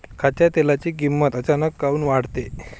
खाच्या तेलाची किमत अचानक काऊन वाढते?